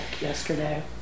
yesterday